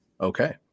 Okay